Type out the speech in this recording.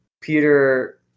Peter